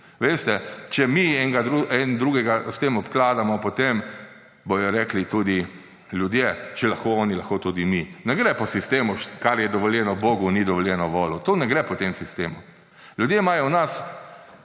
Veste, če mi en drugega s tem obkladamo, potem bojo rekli tudi ljudje, če lahko oni, lahko tudi mi. Ne gre po sistemu, da kar je dovoljeno bogu, ni dovoljeno volu. To ne gre po tem sistemu. Ljudje imajo v nas